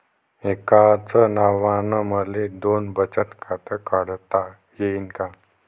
एकाच नावानं मले दोन बचत खातं काढता येईन का?